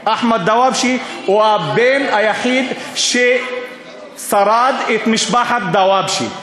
אחמד דוואבשה הוא הבן היחיד ששרד ממשפחת דוואבשה.